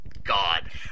God